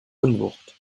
unwucht